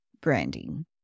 Branding